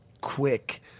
quick